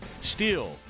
Steel